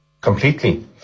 Completely